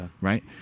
Right